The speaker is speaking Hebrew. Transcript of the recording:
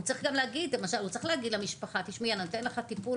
הוא צריך גם להגיד למשפחה: אני נותן לך טיפול,